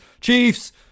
Chiefs